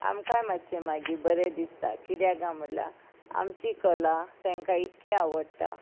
आमकांय मातशे मागीर बरें दिसता किद्या म्हटल्या आमची कला तेंकां इतकी आवडटा